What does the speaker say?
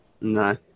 No